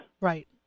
Right